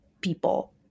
people